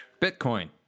Bitcoin